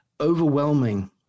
overwhelming